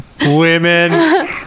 Women